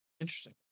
Interesting